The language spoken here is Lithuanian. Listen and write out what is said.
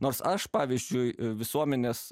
nors aš pavyzdžiui visuomenės